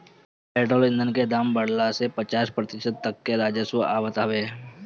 petrol ईधन के दाम बढ़ला से पचास प्रतिशत तक ले राजस्व आवत हवे